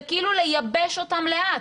זה כאילו לייבש אותם לאט.